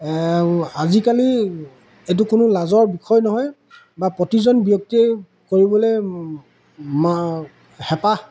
আজিকালি এইটো কোনো লাজৰ বিষয় নহয় বা প্ৰতিজন ব্যক্তিয়ে কৰিবলৈ মা হেঁপাহ